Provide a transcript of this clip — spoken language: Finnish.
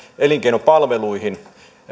elinkeinopalveluista